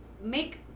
make